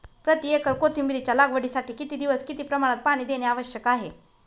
प्रति एकर कोथिंबिरीच्या लागवडीसाठी किती दिवस किती प्रमाणात पाणी देणे आवश्यक आहे?